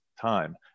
time